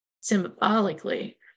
symbolically